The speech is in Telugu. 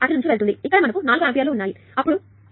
కాబట్టి ఇక్కడ మనకు 4 ఆంపియర్లు ఉంటాయి అప్పుడు మీకు చాలా తెలుసు